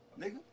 nigga